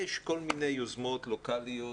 יש כל מיני יוזמות לוקליות